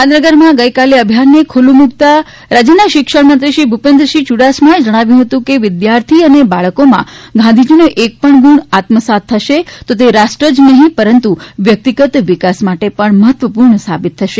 ગાંધીનગરમાં ગઇકાલે અભિયાનને ખુલ્લું મુકતાં રાજ્યના શિક્ષણ મંત્રી શ્રી ભૂપેન્દ્રસિંહ યૂડાસમાએ જણાવ્યું હતું કે વિદ્યાર્થી અને બાળકોમાં ગાંધીજીનો એકપણ ગુણ આત્મસાત થશે તો તે રાષ્ટ્ર જ નહીં પરંતુ વ્યક્તિગત વિકાસ માટે પણ મહત્વપૂર્ણ સાબિત થશે